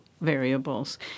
variables